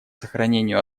сохранению